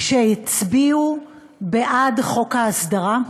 כשהצביעו בעד חוק ההסדרה?